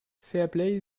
fairplay